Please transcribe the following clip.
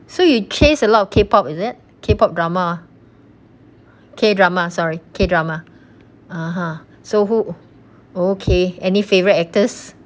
so you chase a lot of K pop is it K pop drama K drama sorry K drama (uh huh) so who okay any favorite actors